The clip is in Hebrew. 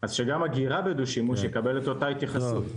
אז שגם אגירה בדו-שימוש יקבל את אותה התייחסות.